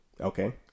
Okay